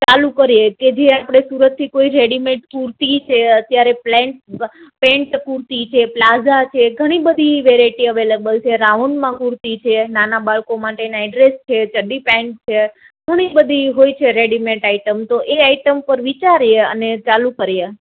ચાલુ કરીએ કે જે આપણે સુરતથી કોઈ રેડીમેડ કુર્તી છે અત્યારે પ્લેન પેન્ટ કુર્તી છે પ્લાઝા છે ઘણી બધી વેરાયટી અવેલેબલ છે રાઉંડમાં કુર્તી છે નાના બાળકો માટે નાઇટડ્રેસ છે ચડ્ડી પેન્ટ છે ઘણી બધી હોય છે રેડીમેડ આઇટમ તો એ આઇટમ પર વિચારીએ અને ચાલુ કરીએ